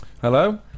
Hello